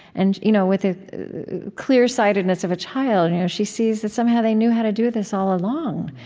and you know with the clear-sightedness of a child and you know she sees that somehow they knew how to do this all along.